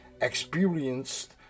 experienced